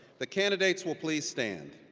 the candidates will please stand.